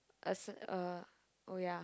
as in uh oh ya